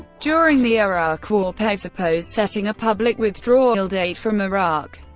during the iraq war, pence opposed setting a public withdrawal date from iraq.